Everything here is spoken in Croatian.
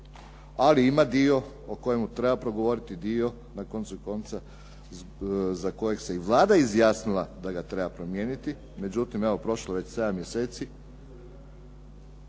ali ima dio o kojemu treba progovoriti dio na koncu konca za kojeg se i Vlada izjasnila da ga treba promijeniti. Međutim, evo prošlo je već 7 mjeseci,